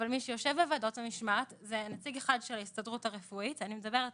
אבל מי שיושב בוועדות המשמעת אני מדברת